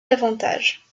davantage